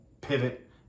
pivot